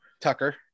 tucker